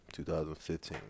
2015